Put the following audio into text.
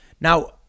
Now